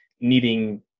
needing